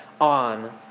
on